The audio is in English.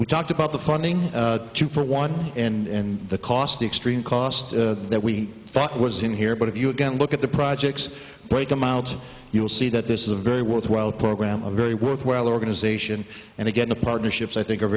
we talked about the funding to for one and the cost the extreme cost that we thought was in here but if you again look at the projects break them out you'll see that this is a very worthwhile program a very worthwhile organization and again the partnerships i think are